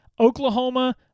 Oklahoma